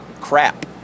crap